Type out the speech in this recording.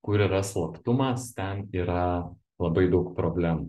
kur yra slaptumas ten yra labai daug problemų